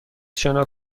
شنا